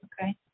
Okay